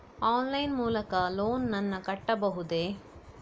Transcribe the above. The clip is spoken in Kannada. ಆನ್ಲೈನ್ ಲೈನ್ ಮೂಲಕ ಲೋನ್ ನನ್ನ ಕಟ್ಟಬಹುದೇ?